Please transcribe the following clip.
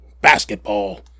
basketball